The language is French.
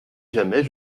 jamais